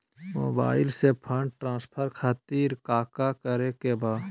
Mobile से fund transfer खातिर काका करे के बा?